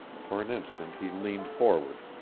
for an instant he leaned forward,